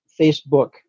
Facebook